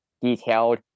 detailed